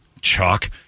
Chalk